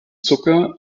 zucker